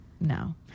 no